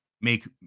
make